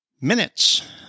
minutes